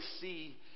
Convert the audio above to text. see